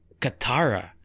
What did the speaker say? katara